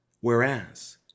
whereas